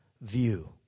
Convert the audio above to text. view